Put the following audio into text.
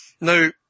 Now